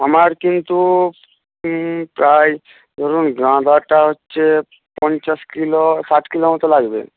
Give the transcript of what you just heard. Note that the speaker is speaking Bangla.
আমার কিন্তু প্রায় ধরুন গাঁদাটা হচ্ছে পঞ্চাশ কিলো ষাট কিলো মতো লাগবে